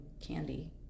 candy